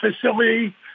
facility